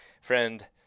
friend